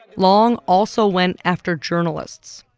long also went after journalists,